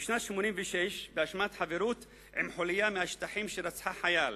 בשנת 1986 באשמת חברות בחוליה מהשטחים שרצחה חייל.